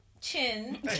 chin